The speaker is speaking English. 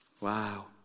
Wow